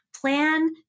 plan